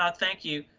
ah thank you,